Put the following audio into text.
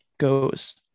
goes